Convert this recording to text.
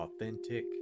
authentic